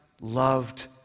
loved